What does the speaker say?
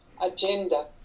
agenda